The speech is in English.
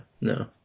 no